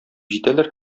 җитәләр